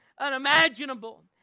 unimaginable